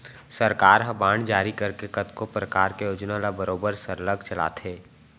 सरकार ह बांड जारी करके कतको परकार के योजना ल बरोबर सरलग चलाथे